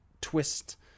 twist